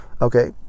Okay